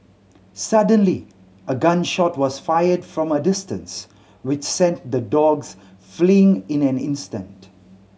suddenly a gun shot was fired from a distance which sent the dogs fleeing in an instant